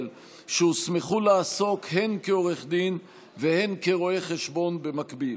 שהוסמכו לעסוק הן כעורך דין והן כרואה חשבון במקביל.